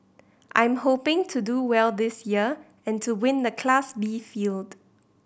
I'm hoping to do well this year and to win the Class B field